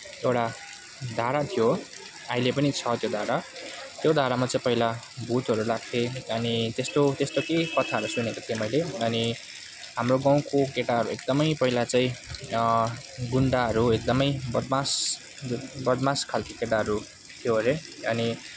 एउटा धारा थियो आहिले पनि छ त्यो धारा त्यो धारामा चाहिँ पहिला भूतहरू लाग्थे अनि त्यस्तो त्यस्तो केही कथाहरू सुनेको थिएँ मैले अनि हाम्रो गाउँको केटाहरू एकदमै पहिला चाहिँ गुन्डाहरू एकदमै बदमास बदमास खालको केटाहरू थियो अरे अनि